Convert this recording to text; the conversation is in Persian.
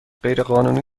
غیرقانونی